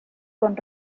con